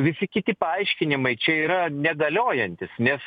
visi kiti paaiškinimai čia yra negaliojantys nes